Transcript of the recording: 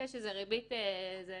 זו ריבית מס'